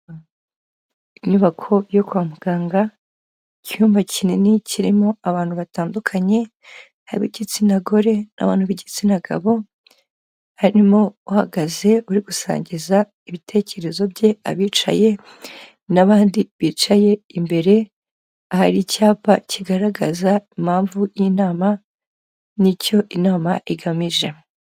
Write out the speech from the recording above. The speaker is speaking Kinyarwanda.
Inyubako yo kwa muganga, icyumba kinini kirimo abantu batandukanye, ab'igitsina gore n'abantu b'igitsina gabo, harimo uhagaze uri gusangiza ibitekerezo bye abicaye. N'abandi bicaye imbere, hari icyapa kigaragaza impamvu y'inama n'icyo inama igamije.